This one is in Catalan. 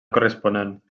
corresponent